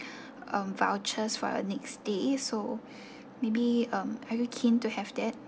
um vouchers for your next stay so maybe um are you keen to have that